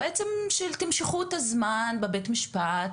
בעצם תמשכו את הזמן בבית משפט,